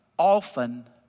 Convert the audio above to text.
Often